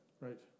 Right